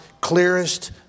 clearest